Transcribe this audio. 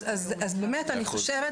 אני חושבת